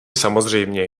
samozřejmě